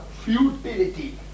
futility